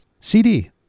CD